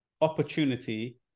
opportunity